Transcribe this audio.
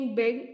big